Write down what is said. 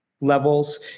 levels